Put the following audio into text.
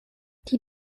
die